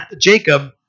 Jacob